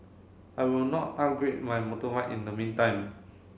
I will not upgrade my motorbike in the meantime